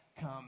come